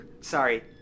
sorry